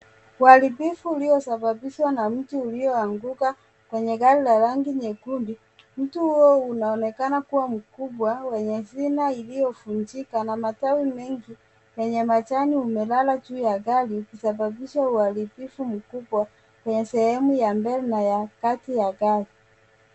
Uharibifu uliosababishwa na mti ulioanguka kwenye gari la rangi nyekundu. Mti huo unaonekana kuwa mkubwa wenye shina iliyovunjika na matawi mengi yenye majani umelala juu ya gari likisababisha uharibifu mkubwa kwenye sehemu ya mbele na ya kati ya gari.